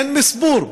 אין מספור.